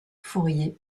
fourrier